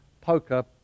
poker